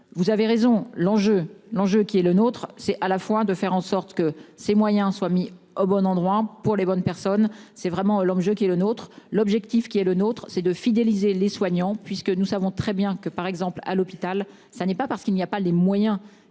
Vous avez raison. L'enjeu, l'enjeu qui est le nôtre, c'est à la fois de faire en sorte que ces moyens soient mis au bon endroit pour les bonnes personnes. C'est vraiment l'enjeu qui est le nôtre, l'objectif qui est le nôtre, c'est de fidéliser les soignants puisque nous savons très bien que par exemple à l'hôpital, ça n'est pas parce qu'il n'y a pas les moyens